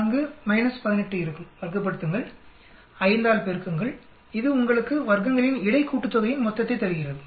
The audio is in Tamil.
4 - 18 இருக்கும் வர்க்கப்படுத்துங்கள் 5ஆல் பெருக்குங்கள் இது உங்களுக்கு வர்க்கங்களின் இடை கூட்டுதொகையின் மொத்தத்தை தருகிறது